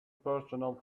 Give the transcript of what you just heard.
personal